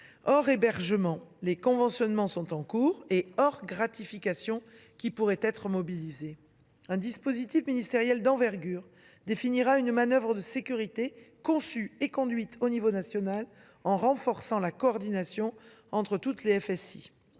hors hébergement, les conventionnements étant en cours, et hors gratifications qui pourraient être mobilisées. Un dispositif ministériel d’envergure définira une manœuvre de sécurité conçue et conduite au niveau national en renforçant la coordination entre les FSI,